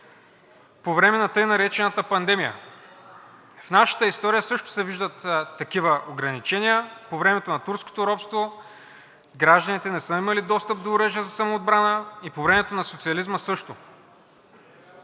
по време на така наречената пандемия. В нашата история също се виждат такива ограничения по времето на турското робство – гражданите не са имали достъп до оръжие за самоотбрана, а и по времето на социализма също.